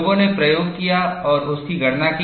लोगों ने प्रयोग किया और उसकी गणना की